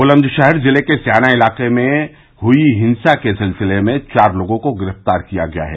बुलंदशहर जिले के स्याना इलाके हुई हिंसा के सिलसिले में चार लोगों को गिरफ्तार किया गया है